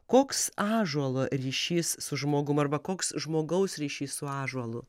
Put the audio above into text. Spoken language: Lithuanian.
koks ąžuolo ryšys su žmogum arba koks žmogaus ryšys su ąžuolu